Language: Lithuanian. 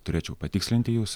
turėčiau patikslinti jus